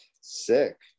Sick